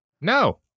No